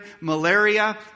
malaria